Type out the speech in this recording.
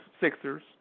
Sixers